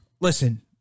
listen